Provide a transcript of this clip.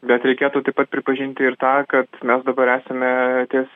bet reikėtų taip pat pripažinti ir tą kad mes dabar esame ties